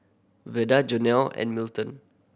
Veda Jonell and Milton